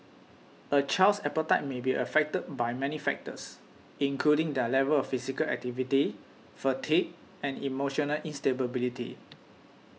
a child's appetite may be affected by many factors including their level of physical activity fatigue and emotional instability